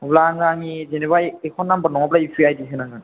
अब्ला आङो आंनि जेनेबा एकाउन्ट नाम्बार नङाब्ला इउपिआइ आइडि होनांगोन